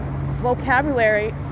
vocabulary